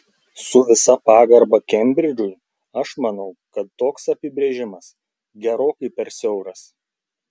su visa pagarba kembridžui aš manau kad toks apibrėžimas gerokai per siauras